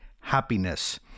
happiness